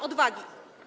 Odwagi.